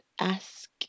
ask